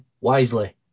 wisely